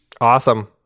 awesome